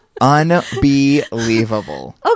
Unbelievable